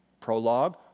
Prologue